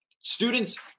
Students